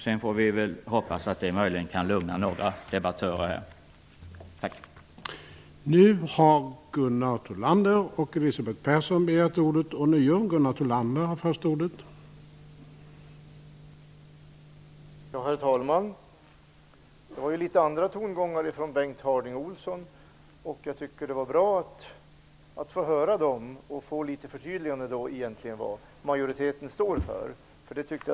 Sedan får vi hoppas att det möjligen kan lugna några debattörer här i dag.